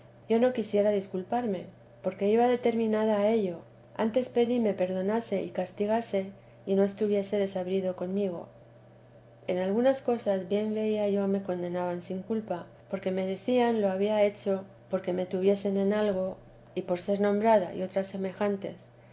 yo no quisiera disculparme porque iba determinada a ello antes pedí me perdonase y castigase y no estuviese desabrido conmigo en algunas cosas bien veía yo me condenaban sin culpa porque me decían lo había hecho porque me tuviesen en algo y por ser nombrada y otras semejantes